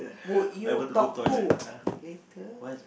would you talk to later